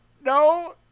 no